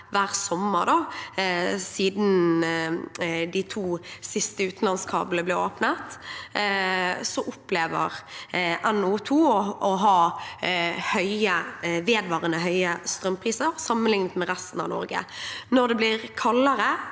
hver sommer, siden de to siste utenlandskablene ble åpnet, opplever at NO2 har vedvarende høye strømpriser sammenlignet med resten av Norge. Når det blir kaldere,